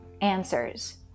answers